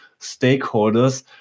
stakeholders